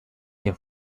que